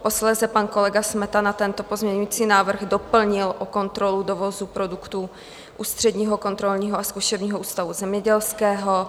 Posléze pan kolega Smetana tento pozměňující návrh doplnil o kontrolu dovozu produktů Ústředního kontrolního a zkušebního ústavu zemědělského.